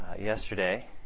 yesterday